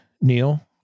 Neil